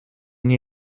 nie